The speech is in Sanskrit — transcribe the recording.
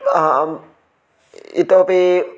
इतोपी